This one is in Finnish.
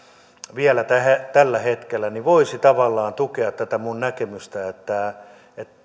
vielä tällä hetkellä niin voisi tavallaan tukea tätä minun näkemystäni että